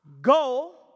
go